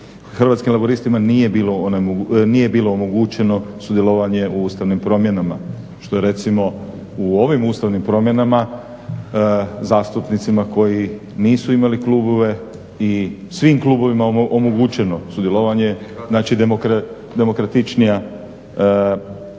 Hrvatskim laburistima nije bilo onemogućeno sudjelovanje u ustavnim promjena što je recimo u ovim ustavnim promjenama zastupnicima koji nisu imali klubove i svim klubovima omogućeno sudjelovanje, znači demokratičnija procedura